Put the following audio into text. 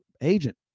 agent